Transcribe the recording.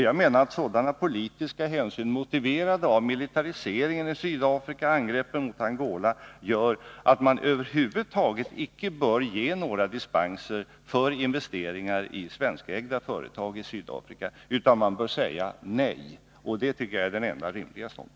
Jag menar att sådana politiska hänsyn, motiverade av militariseringen i Sydafrika och angreppen mot Angola, gör att man över huvud taget icke bör ge några dispenser för investeringar i svenskägda företag i Sydafrika, utan man bör säga nej. Det tycker jag är den enda rimliga ståndpunkten.